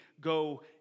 go